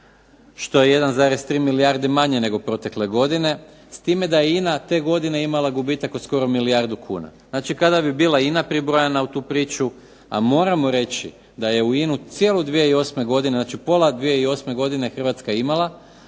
što je 1,3 milijarde manje nego protekle godine, s time da je INA te godine imala gubitak od skoro milijardu kuna. Znači, kada bi bila INA pribrojana u tu priču, a moramo reći da je u INA-u cijelu 2008., znači pola 2008. godine Hrvatska imala